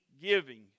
giving